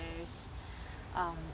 shares um